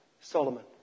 Solomon